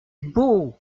beau